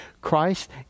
Christ